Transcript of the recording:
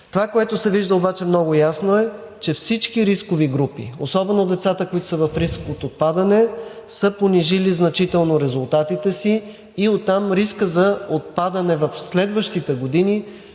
обаче, което се вижда много ясно, е, че всички рискови групи, особено децата, които са в риск от отпадане, са понижили значително резултатите си и оттам рискът за отпадане в следващите години